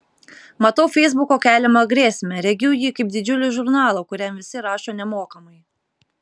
matau feisbuko keliamą grėsmę regiu jį kaip didžiulį žurnalą kuriam visi rašo nemokamai